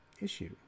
Issue